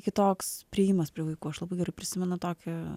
kitoks priėjimas prie vaikų aš labai gerai prisimenu tokį